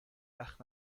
وقت